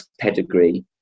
pedigree